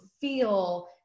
feel